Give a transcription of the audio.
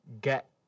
get